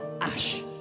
Ash